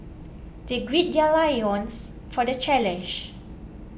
they gird their loins for the challenge